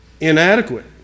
Inadequate